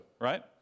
right